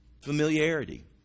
Familiarity